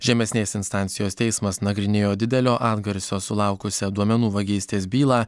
žemesnės instancijos teismas nagrinėjo didelio atgarsio sulaukusią duomenų vagystės bylą